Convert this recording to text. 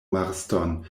marston